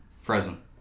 Frozen